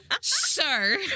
sir